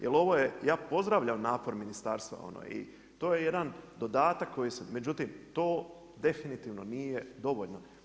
Jer ovo je, ja pozdravljam napor Ministarstva i to je jedan dodatak koji se, međutim, to definitivno nije dovoljno.